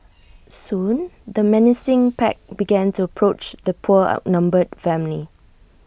soon the menacing pack began to approach the poor outnumbered family